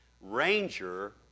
Ranger